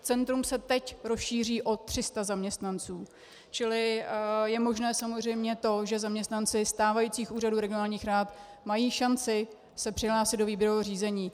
Centrum se teď rozšíří o 300 zaměstnanců, čili je možné samozřejmě to, že zaměstnanci stávajících úřadů regionálních rad mají šanci se přihlásit do výběrového řízení.